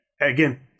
again